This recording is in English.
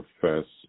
profess